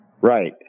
Right